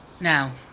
Now